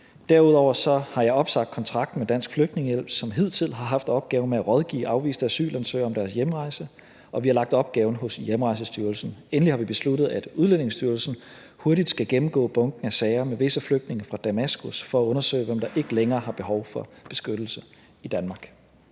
Derudover har jeg også opsagt kontrakten med Dansk Flygtningehjælp, som hidtil har haft opgaven med at rådgive afviste asylansøgere om deres hjemrejse, og vi har lagt opgaven hos Hjemrejsestyrelsen. Endelig har vi besluttet, at Udlændingestyrelsen hurtigt skal gennemgå bunken af sager med visse flygtninge fra Damaskus for at undersøge, hvem der ikke længere har behov for beskyttelse i Danmark.